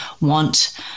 want